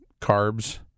carbs